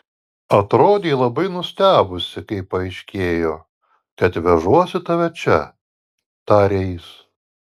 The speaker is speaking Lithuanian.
atrodei labai nustebusi kai paaiškėjo kad vežuosi tave čia tarė jis